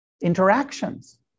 interactions